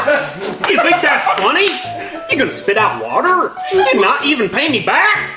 you think that's funny? you're gonna spit out water? and not even pay me back?